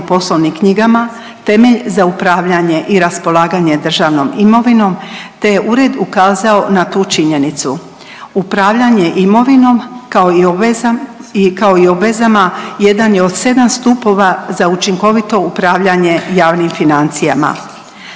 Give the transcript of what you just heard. poslovnim knjigama temelj za upravljanje i raspolaganje državnom imovinom te je Ured ukazao na tu činjenicu. Upravljanje imovinom, kao i obvezama, jedan je od 7 stupova za učinkovito upravljanje javnim financijama.